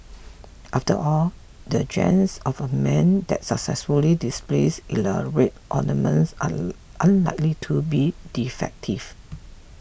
after all the genes of a man that successfully displays elaborate ornaments are unlikely to be defective